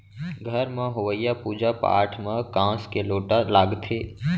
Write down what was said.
घर म होवइया पूजा पाठ म कांस के लोटा लागथे